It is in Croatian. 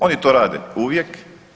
Oni to rade uvijek.